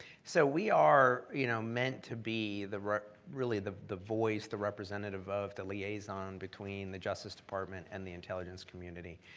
so we are you know meant to be really the the voice, the representative of, the liaison between the justice department and the intelligence community.